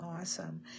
awesome